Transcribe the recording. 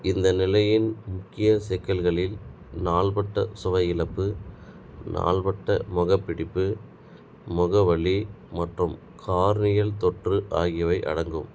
இந்த நிலையின் முக்கிய சிக்கல்களில் நாள்பட்ட சுவை இழப்பு நாள்பட்ட முகப்பிடிப்பு முக வலி மற்றும் கார்னியல் தொற்று ஆகியவை அடங்கும்